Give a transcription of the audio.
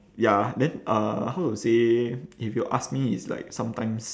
ya then uh how to say if you ask me it's like sometimes